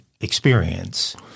experience